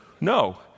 No